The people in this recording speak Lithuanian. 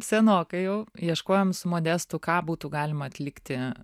senokai jau ieškojom su modestu ką būtų galima atlikti